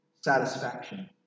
satisfaction